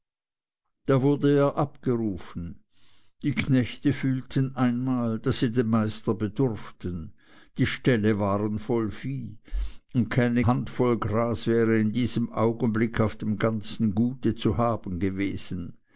da wurde er abgerufen die knechte fühlten einmal daß sie den meister bedurften die ställe waren voll vieh und keine hand voll gras wäre in diesem augenblick auf dem ganzen gute zu haben gewesen